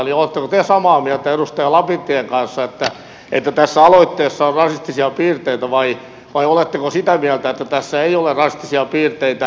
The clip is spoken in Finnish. oletteko te samaa mieltä edustaja lapintien kanssa että tässä aloitteessa on rasistisia piirteitä vai oletteko sitä mieltä että tässä ei ole rasistisia piirteitä